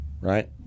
Right